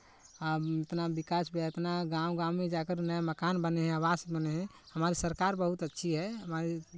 अब इतना विकास भी है इतना गाँव गाँव में जाकर नया मकान बने हैं आवास बने हैं हमारी सरकार बहुत अच्छी है हमारी